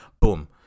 boom